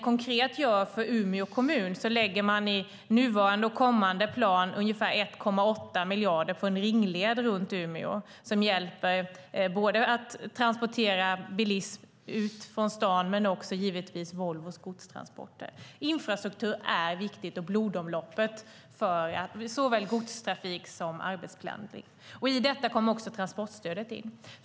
Konkret för Umeå kommun satsar regeringen i nuvarande och kommande plan ungefär 1,8 miljarder på en ringled runt Umeå. Den underlättar både för bilism och för Volvos skogstransporter. Infrastruktur är viktigt. Det är blodomloppet för såväl godstrafik som arbetspendling. I detta kommer också transportstödet in.